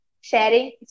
sharing